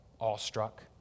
awestruck